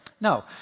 No